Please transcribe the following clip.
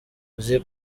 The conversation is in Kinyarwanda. uzi